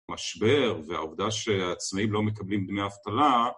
משבר והעובדה שעצמאים לא מקבלים דמי אבטלה